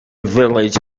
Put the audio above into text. village